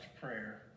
prayer